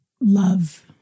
love